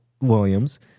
williams